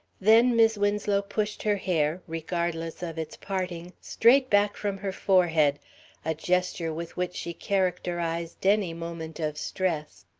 then mis' winslow pushed her hair, regardless of its parting, straight back from her forehead a gesture with which she characterized any moment of stress.